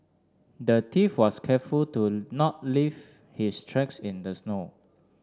the thief was careful to not leave his tracks in the snow